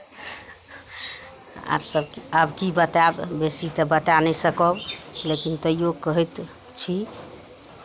आब सभ की आब की बतायब बेसी तऽ बताए नहि सकब लेकिन तैओ कहैत छी